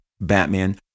Batman